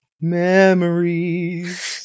Memories